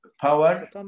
power